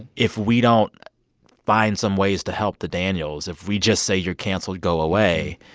if we don't find some ways to help the daniels, if we just say, you're canceled, go away,